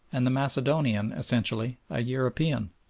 and the macedonian essentially a european.